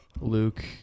Luke